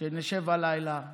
שנשב הלילה בכבוד,